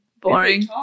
Boring